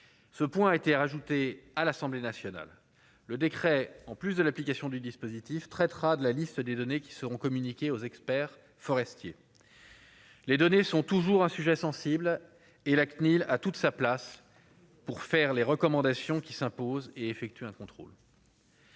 ce point a été rajoutée à l'Assemblée nationale, le décret en plus de l'application du dispositif traitera de la liste des données qui seront communiquées aux experts forestiers, les données sont toujours un sujet sensible et la CNIL a toute sa place pour faire les recommandations qui s'imposent et effectuer un contrôle.